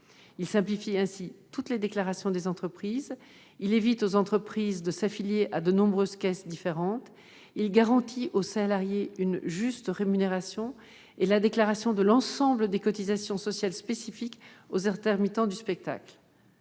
Il simplifie ainsi toutes les déclarations des entreprises ; il évite aux entreprises de s'affilier à de nombreuses caisses différentes ; il garantit aux salariés une juste rémunération et la déclaration de l'ensemble des cotisations sociales spécifiques aux intermittents du spectacle.